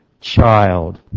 child